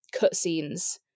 cutscenes